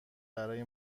برای